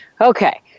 Okay